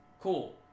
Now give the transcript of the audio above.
Cool